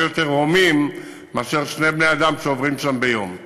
יותר הומים שיש בהם יותר מאשר שני בני-אדם שעוברים שם ביום.